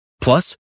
Plus